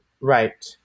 Right